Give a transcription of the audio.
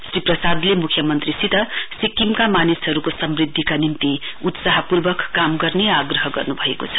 श्री प्रसादले मुख्यमन्त्रीसित सिक्किमका मानिसहरूको समृद्धिका निम्ति उत्साह पूर्वक काम गर्ने आग्रह गर्नुभएको छ